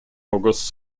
august